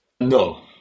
No